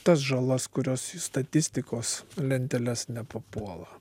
tas žalas kurios į statistikos lenteles nepapuola